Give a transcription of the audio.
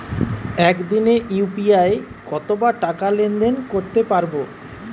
একদিনে ইউ.পি.আই কতবার টাকা লেনদেন করতে পারব?